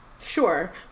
Sure